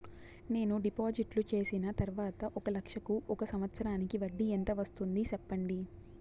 నేను డిపాజిట్లు చేసిన తర్వాత ఒక లక్ష కు ఒక సంవత్సరానికి వడ్డీ ఎంత వస్తుంది? సెప్పండి?